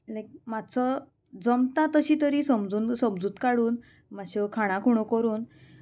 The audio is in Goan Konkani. लायक मातसो जमता तशी तरी समजून समजूत काडून मातश्यो खाणां खुणो करून